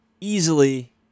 Easily